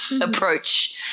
approach